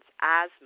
asthma